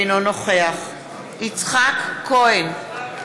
אינו נוכח יצחק כהן,